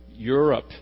Europe